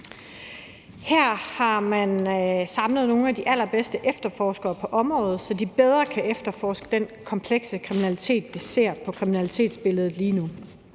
Her har man samlet nogle af de allerbedste efterforskere på området, så de bedre kan efterforske den komplekse kriminalitet, vi ser i kriminalitetsbilledet lige nu.